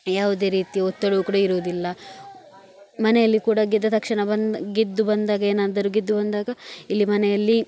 ಯಾವುದೇ ರೀತಿಯ ಒತ್ತಡವೂ ಕೂಡ ಇರುವುದಿಲ್ಲ ಮನೆಯಲ್ಲಿ ಕೂಡ ಗೆದ್ದ ತಕ್ಷಣ ಬಂದ ಗೆದ್ದು ಬಂದಾಗ ಏನಾದರೂ ಗೆದ್ದು ಬಂದಾಗ ಇಲ್ಲಿ ಮನೆಯಲ್ಲಿ